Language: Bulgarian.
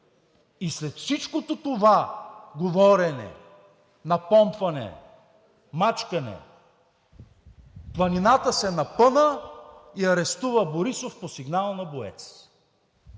След всичкото това говорене, напомпване, мачкане – планината се напъна и арестува Борисов по сигнала на БОЕЦ.